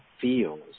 feels